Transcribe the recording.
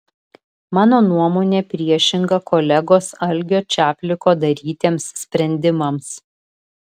mano nuomonė priešinga kolegos algio čapliko darytiems sprendimams